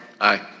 Aye